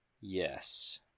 Yes